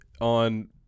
on